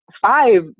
five